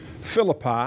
Philippi